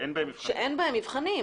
שאין בהן מבחנים.